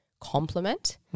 complement